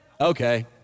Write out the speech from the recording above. Okay